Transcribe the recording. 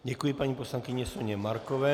Děkuji paní poslankyni Soně Markové.